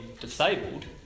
disabled